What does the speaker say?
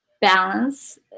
balance